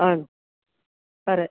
సరే